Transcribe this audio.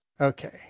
Okay